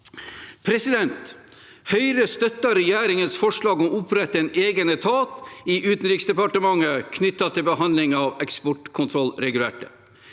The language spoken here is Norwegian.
bruk. Høyre støtter regjeringens forslag om å opprette en egen etat i Utenriksdepartementet knyttet til behandlingen av eksportkontrollregelverket.